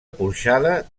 porxada